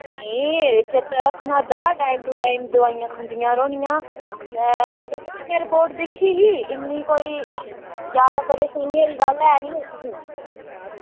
निं चेत्ता रक्खना होंदा टाईम टू टाईम दोआइयां रक्खना पौंदियां ते थुआढ़ी में रपोट दिक्खी ही इन्नी कोई जादैतर एह् सुनने आह्ली गल्ल ऐ निं ऐ तुसें ई